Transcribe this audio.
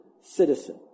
citizen